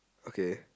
okay